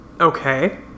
Okay